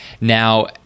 Now